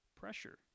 pressure